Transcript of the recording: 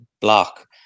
block